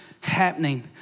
happening